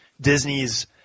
Disney's